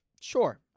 Sure